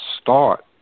start